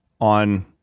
on